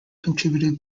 contributed